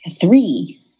three